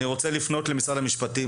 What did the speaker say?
אני רוצה לפנות למשרד המשפטים,